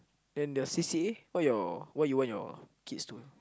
then your C_C_A what your what you want your kids to